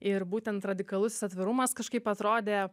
ir būtent radikalusis atvirumas kažkaip atrodė